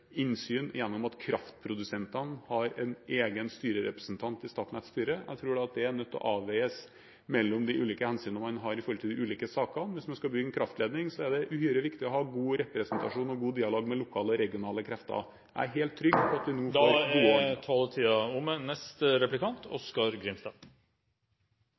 innsyn gjennom at kraftprodusentene har en egen styrerepresentant i Statnetts styre. Jeg tror at det er nødt til å avveies mellom de ulike hensynene man har når det gjelder de ulike sakene. Hvis man skal bygge en kraftledning, er det uhyre viktig å ha god representasjon og god dialog med lokale og regionale krefter. Jeg er helt trygg på at vi nå får … Som det blei sagt her, er